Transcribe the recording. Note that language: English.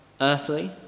earthly